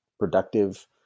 productive